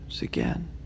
again